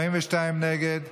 42 נגד.